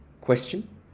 question